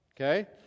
okay